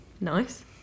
Nice